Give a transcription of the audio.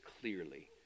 clearly